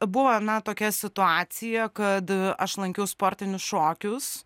buvo na tokia situacija kad aš lankiau sportinius šokius